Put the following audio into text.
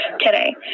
today